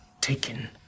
Taken